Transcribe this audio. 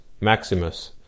Maximus